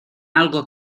algo